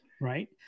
Right